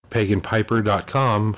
paganpiper.com